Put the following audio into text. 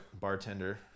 bartender